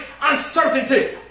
uncertainty